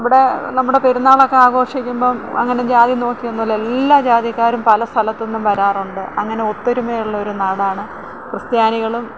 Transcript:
ഇവിടെ നമ്മുടെ പെരുന്നാളൊക്കെ ആഘോഷിക്കുമ്പം അങ്ങനെ ജാതി നോക്കിയൊന്നും അല്ല എല്ലാ ജാതിക്കാരും പല സ്ഥലത്തുനിന്നും വരാറുണ്ട് അങ്ങനെ ഒത്തൊരുമയുള്ള ഒരു നാടാണ് ക്രിസ്ത്യാനികളും